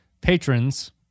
patrons